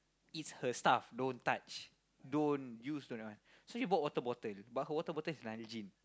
it's her stuff don't touch don't use don't that one so she bought water bottle but her water bottle is Nalgene